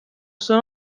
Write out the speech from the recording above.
són